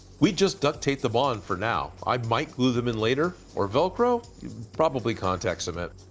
we just duct tape them on for now. i might glue them in later. or velcro. probably contact cement.